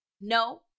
no